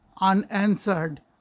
unanswered